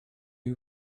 you